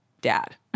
Dad